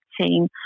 team